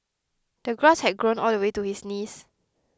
the grass had grown all the way to his knees